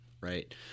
Right